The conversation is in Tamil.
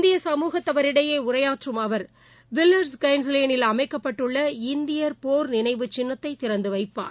இந்திய சமூகத்தவரிடையேஉரையாற்றும் அவர் வில்லெள்ஸ் எகஸ்லேனில் அமைக்கப்பட்டுள்ள இந்தியர் போர் நினைவு சின்னத்தைதிறந்துவைப்பார்